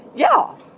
yeah,